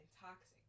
toxic